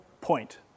point